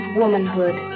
womanhood